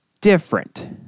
different